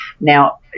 Now